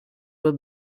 were